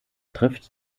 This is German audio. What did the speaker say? trifft